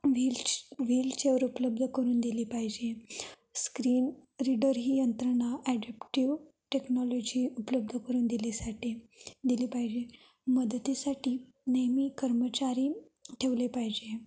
wheels wheelchair उपलब्ध करून दिली पाहिजे स्क्रीन रीडर ही यंत्रणा ॲडॅप्टिव्ह टेक्नॉलॉजी उपलब्ध करून दिलीसाठी दिली पाहिजे मदतीसाठी नेहमी कर्मचारी ठेवले पाहिजे